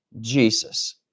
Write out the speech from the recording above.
Jesus